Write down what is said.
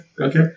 okay